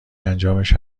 انجامش